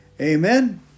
Amen